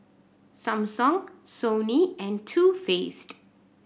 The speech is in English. Samsung Sony and Too Faced